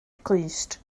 clust